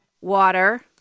water